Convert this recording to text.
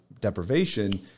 deprivation